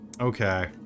okay